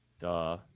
Duh